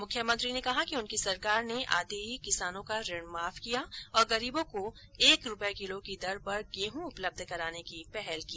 मुख्यमंत्री ने कहा कि उनकी सरकार ने आते ही किसानों का ऋण माफ किया और गरीबों को एक रूपए किलो की दर पर गेहूं उपलब्ध कराने की पहल की